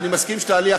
לא, אני מבקש תוספת זמן,